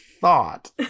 thought